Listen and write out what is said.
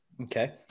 Okay